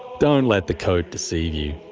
don't let the coat deceive you.